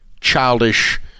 childish